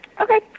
Okay